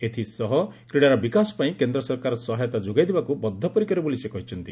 ଏଥିସହ କ୍ରୀଡ଼ାର ବିକାଶ ପାଇଁ କେନ୍ଦ ସରକାର ସହାୟତା ଯୋଗାଇ ଦେବାକୁ ବଦ୍ଧପରିକର ବୋଲି ସେ କହିଛନ୍ତି